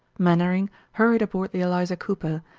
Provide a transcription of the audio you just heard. mainwaring hurried aboard the eliza cooper,